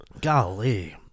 Golly